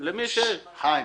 למי שיש.